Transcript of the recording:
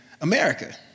America